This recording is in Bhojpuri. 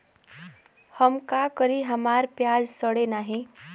हम का करी हमार प्याज सड़ें नाही?